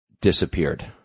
disappeared